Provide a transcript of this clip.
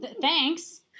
Thanks